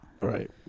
Right